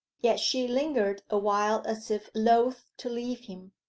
yet she lingered awhile as if loth to leave him.